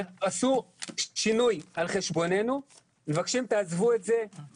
עשו שינוי על חשבוננו, ואנחנו